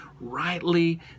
rightly